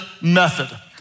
method